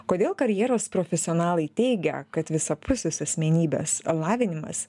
kodėl karjeros profesionalai teigia kad visapusis asmenybės lavinimas